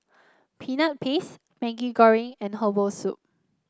Peanut Paste Maggi Goreng and Herbal Soup